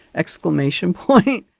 exclamation point.